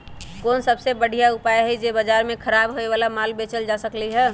कोन सबसे बढ़िया उपाय हई जे से बाजार में खराब होये वाला माल बेचल जा सकली ह?